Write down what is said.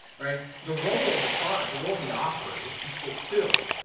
right? the role of the product, the role of the offer is to fulfill,